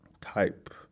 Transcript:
type